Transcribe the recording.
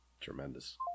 Tremendous